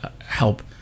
help